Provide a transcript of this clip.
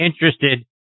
interested